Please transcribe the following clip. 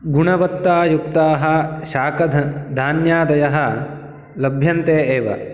गुणवत्तायुक्ताः शाकध धान्यादयः लभ्यन्ते एव